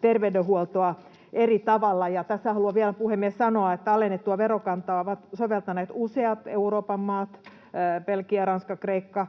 terveydenhuoltoa eri tavalla. Tässä haluan vielä sanoa, puhemies, että alennettua verokantaa ovat soveltaneet useat Euroopan maat, Belgia, Ranska, Kreikka